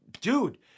Dude